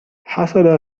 حصل